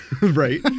Right